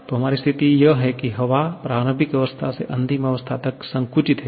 तो हमारी स्थिति यह है की हवा प्रारंभिक अवस्था से अंतिम अवस्था तक संकुचित है